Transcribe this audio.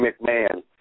McMahon